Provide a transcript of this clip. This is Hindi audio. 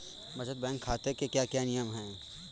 बचत बैंक खाते के क्या क्या नियम हैं?